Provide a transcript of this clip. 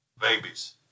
Babies